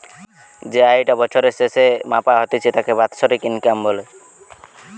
যেই আয়ি টা বছরের স্যাসে মাপা হতিছে তাকে বাৎসরিক ইনকাম বলে